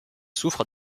souffre